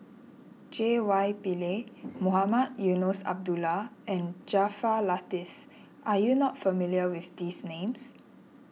J Y Pillay Mohamed Eunos Abdullah and Jaafar Latiff are you not familiar with these names